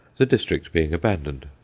the district being abandoned.